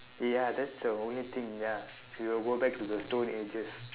ya that's the only thing ya we will go back to the stone ages